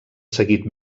seguit